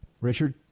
Richard